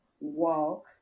walk